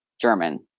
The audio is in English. German